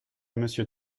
monsieur